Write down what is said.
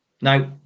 now